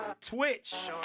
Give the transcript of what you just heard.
Twitch